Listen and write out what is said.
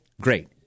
Great